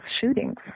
shootings